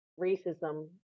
racism